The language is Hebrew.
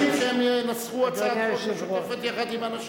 אדוני יסכים שהם ינסחו הצעת חוק משותפת יחד עם אנשיך.